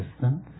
distance